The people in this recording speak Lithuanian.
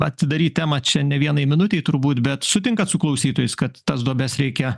atidaryt temą čia ne vienai minutei turbūt bet sutinkat su klausytojais kad tas duobes reikia